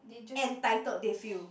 entitled they feel